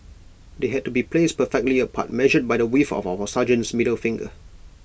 they had to be placed perfectly apart measured by the width of our sergeants middle finger